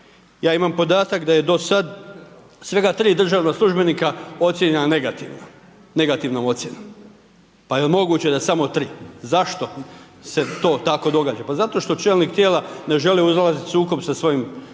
Ja imam podatak da je do sad svega 3 državna službenika ocjenjena negativno, negativnom ocjenom, pa jel moguće da samo 3, zašto se to tako događa. Pa zato što čelnik tijela ne želi ulazit u sukob sa svojim zaposlenicima